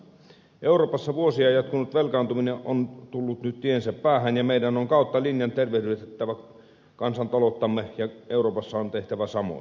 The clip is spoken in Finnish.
euroopassa vuosia jatkunut velkaantuminen on tullut nyt tiensä päähän ja meidän on kautta linjan tervehdytettävä kansantalouttamme ja euroopassa on tehtävä samoin